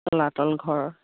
তলাতল ঘৰ